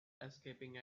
escaping